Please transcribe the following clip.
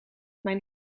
mijn